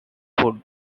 food